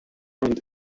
und